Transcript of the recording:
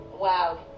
Wow